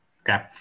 Okay